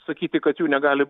sakyti kad jų negali